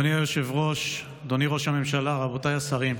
אדוני היושב-ראש, אדוני ראש הממשלה, רבותיי השרים,